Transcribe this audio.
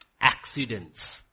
Accidents